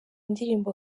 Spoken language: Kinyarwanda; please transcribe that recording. indirimbo